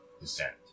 descent